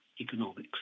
economics